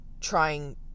trying